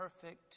perfect